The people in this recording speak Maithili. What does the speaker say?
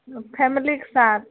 लोक फैमिलीके साथ